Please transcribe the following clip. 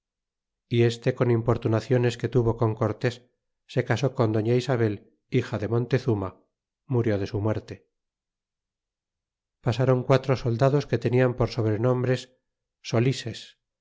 y este con importunaciones que tuvo con cortés le casó con doña isabel hija de montezuma murió de su muerte pasáron quatro soldados que tenian por sobrenombres solises